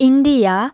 India